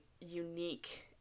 unique